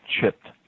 chipped